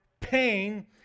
pain